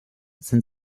sind